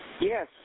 Yes